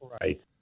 Right